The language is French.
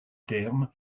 terme